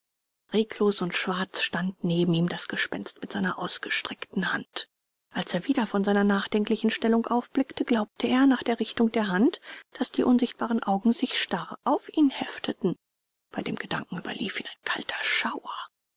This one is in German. reglos und schwarz stand neben ihm das gespenst mit seiner ausgestreckten hand als er wieder von seiner nachdenklichen stellung aufblickte glaubte er nach der richtung der hand daß die unsichtbaren augen sich starr auf ihn hefteten bei dem gedanken überlief ihn ein kalter schauer